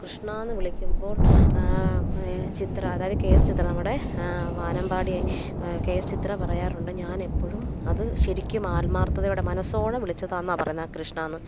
കൃഷ്ണാന്ന് വിളിക്കുമ്പോൾ ചിത്ര അതായത് K S Chithra നമ്മുടെ വാനമ്പാടി കെ എസ് ചിത്ര പറയാറുണ്ട് ഞാനെപ്പോഴും അത് ശരിക്കുമാർമാർത്ഥതയോടെ മനസോടെ വിളിച്ചതാന്നാ പറയുന്നത് ആ കൃഷ്ണാന്ന്